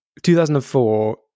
2004